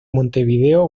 montevideo